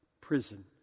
prison